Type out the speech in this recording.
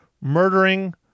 murdering